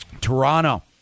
Toronto